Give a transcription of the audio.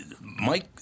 Mike